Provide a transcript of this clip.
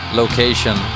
location